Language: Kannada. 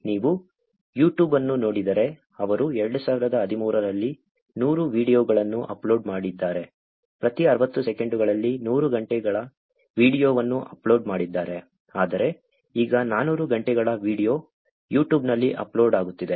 ನೀವು ಯೂಟ್ಯೂಬ್ ಅನ್ನು ನೋಡಿದರೆ ಅವರು 2013 ರಲ್ಲಿ 100 ವೀಡಿಯೊಗಳನ್ನು ಅಪ್ಲೋಡ್ ಮಾಡಿದ್ದಾರೆ ಪ್ರತಿ 60 ಸೆಕೆಂಡ್ಗಳಲ್ಲಿ 100 ಗಂಟೆಗಳ ವೀಡಿಯೊವನ್ನು ಅಪ್ಲೋಡ್ ಮಾಡಿದ್ದಾರೆ ಆದರೆ ಈಗ 400 ಗಂಟೆಗಳ ವೀಡಿಯೊ ಯೂಟ್ಯೂಬ್ನಲ್ಲಿ ಅಪ್ಲೋಡ್ ಆಗುತ್ತಿದೆ